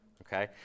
Okay